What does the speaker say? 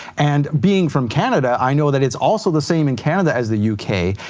and being from canada, i know that it's also the same in canada as the u k,